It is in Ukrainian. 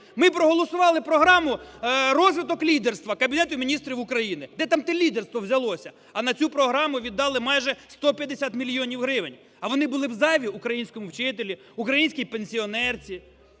ми проголосували програму "Розвиток лідерства" Кабінету Міністрів України. Де там те лідерство взялося? А на цю програму віддали майже 150 мільйонів гривень. А вони були б зайві українському вчителю, українській пенсіонерці,